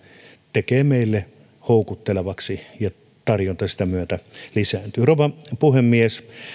tekevät meille houkuttelevaksi ja tarjonta sitä myötä lisääntyy rouva puhemies